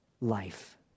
life